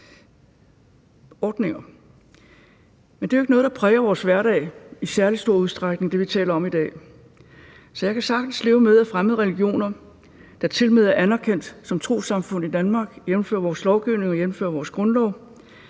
vi taler om i dag, er jo ikke noget, der præger vores hverdag i særlig stor udstrækning, så jeg kan sagtens leve med, at fremmede religioner, der tilmed er anerkendt som trossamfund i Danmark, jævnfør vores lovgivning og jævnfør vores grundlov,